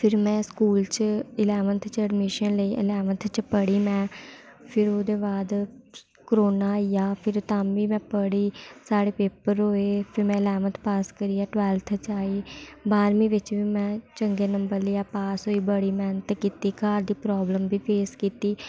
फिर में स्कूल च इलैवन्थ च एडमिशन लेई इलैवन्थ च पढ़ी में फिर ओह्दे बाद कोरोना आई गेआ फिर ताम्मीं में पढ़ी साढ़े पेपर होए फिर में इलैवन्थ पास करियै टवैल्थ च आई बाह्रमीं बिच्च बी में चंगे नंबर लेइयै पास होई बड़ी मेह्नत कीती घर दी प्राब्लम बी फेस कीती